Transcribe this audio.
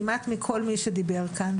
כמעט מכל מי שדיבר כאן,